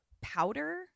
powder